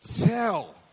Tell